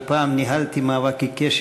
שפעם ניהלתי מאבק עיקש,